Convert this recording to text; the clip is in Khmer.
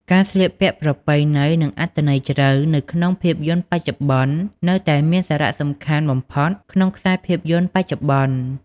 ការស្លៀកពាក់ប្រពៃណី និងអត្ថន័យជ្រៅ នៅក្នុងភាពយន្តបច្ចុប្បន្ននៅតែមានសារៈសំខាន់បំផុតក្នុងខ្សែភាពយន្តបច្ចុប្បន្ន។